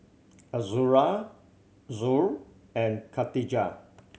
Azura Zul and Katijah